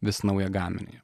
vis naują gaminį